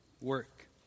work